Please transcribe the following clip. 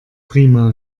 prima